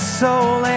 soul